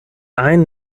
ajn